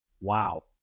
Wow